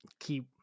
keep